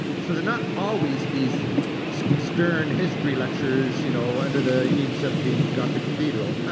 so they're not always these stern history lectures you know, under the eaves of the gothic cathedral.